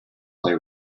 play